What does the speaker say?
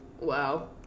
Wow